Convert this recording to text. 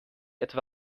etwa